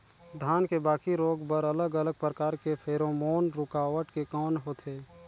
धान के बाकी रोग बर अलग अलग प्रकार के फेरोमोन रूकावट के कौन होथे?